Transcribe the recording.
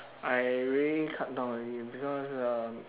I really cut down already because uh